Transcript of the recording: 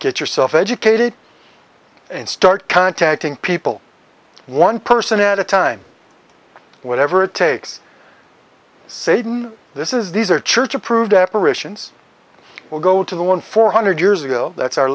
get yourself educated and start contacting people one person at a time whatever it takes satan this is these are church approved operations will go to the one four hundred years ago that's our